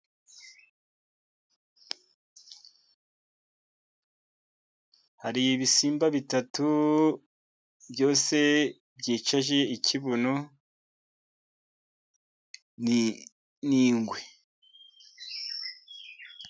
Hari ibisimba bitatu byose byicaje ikibuno ni ngwe.